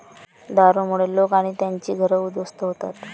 दारूमुळे लोक आणि त्यांची घरं उद्ध्वस्त होतात